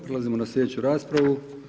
Prelazimo na sljedeću raspravu.